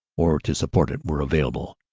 or to support it, were available,